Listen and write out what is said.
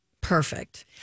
Perfect